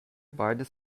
beides